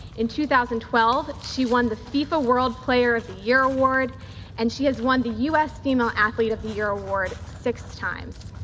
in two thousand and twelve, she won the fifa world player of the year award and she has won the us female athlete of the year award six times.